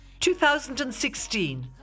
2016